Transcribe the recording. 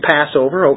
Passover